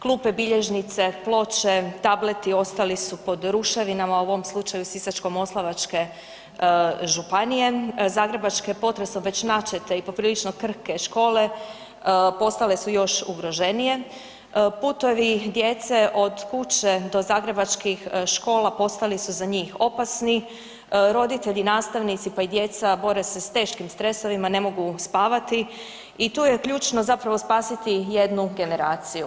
Klupe, bilježnice, ploče, tableti, ostali su pod ruševinama u ovom slučaju Sisačko-moslavačke županije, zagrebačke potresom već načete i poprilično krhke škole, postale su još ugroženije, putevi djece od kuće do zagrebačkih škola postali su za njih opasni, roditelji, nastavnici pa i djeca bore se s teškim stresovima, ne mogu spavati i tu je ključno zapravo spasiti jednu generaciju.